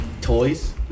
Toys